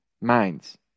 minds